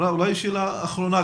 אולי שאלה אחרונה.